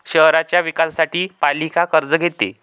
शहराच्या विकासासाठी पालिका कर्ज घेते